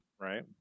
right